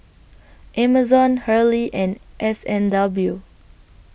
Amazon Hurley and S and W